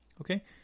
Okay